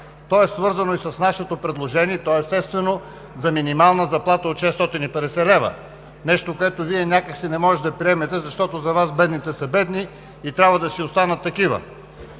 това е свързано с нашето предложение, и то, естествено, за минимална заплата от 650 лв. – нещо, което Вие някак си не може да приемете, защото за Вас бедните са бедни и трябва да си останат такива.